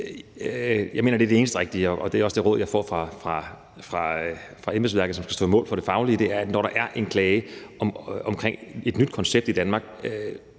Jeg mener, det er det eneste rigtige, og det er også det råd, jeg får fra embedsværket, som står på mål for det faglige, nemlig at når der er en klage omkring et nyt koncept i Danmark,